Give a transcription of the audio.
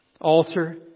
altar